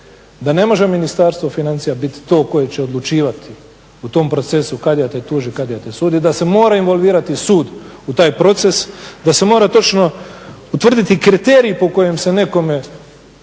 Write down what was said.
da ne može Ministarstvo financija biti to koje će odlučivati u tom procesu kadija te tuži, kadija te sudi i da se mora involvirati sud u taj proces, da se mora točno utvrditi kriterij po kojem se nekome